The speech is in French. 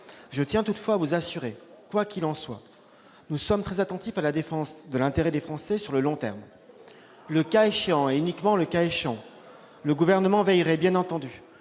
Je tiens toutefois à vous assurer que, quoi qu'il en soit, nous sommes très attentifs à la défense de l'intérêt des Français sur le long terme. Le cas échéant, et uniquement le cas échéant, le Gouvernement veillerait, bien entendu,